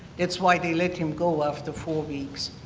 that's why they let him go after four weeks.